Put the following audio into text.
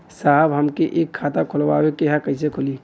साहब हमके एक खाता खोलवावे के ह कईसे खुली?